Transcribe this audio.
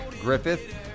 Griffith